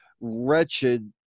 wretched